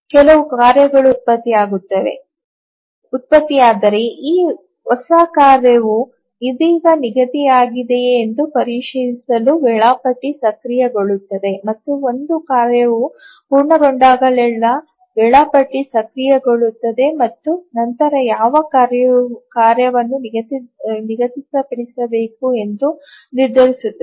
ಕೆಲವು ಕಾರ್ಯಗಳು ಉತ್ಪತ್ತಿಯಾದರೆ ಈ ಹೊಸ ಕಾರ್ಯವು ಇದೀಗ ನಿಗದಿಯಾಗಿದೆಯೆ ಎಂದು ಪರಿಶೀಲಿಸಲು ವೇಳಾಪಟ್ಟಿ ಸಕ್ರಿಯಗೊಳ್ಳುತ್ತದೆ ಮತ್ತು ಒಂದು ಕಾರ್ಯವು ಪೂರ್ಣಗೊಂಡಾಗಲೆಲ್ಲಾ ವೇಳಾಪಟ್ಟಿ ಸಕ್ರಿಯಗೊಳ್ಳುತ್ತದೆ ಮತ್ತು ನಂತರ ಯಾವ ಕಾರ್ಯವನ್ನು ನಿಗದಿಪಡಿಸಬೇಕು ಎಂದು ನಿರ್ಧರಿಸುತ್ತದೆ